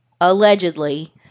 allegedly